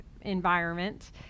environment